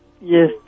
Yes